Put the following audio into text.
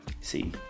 See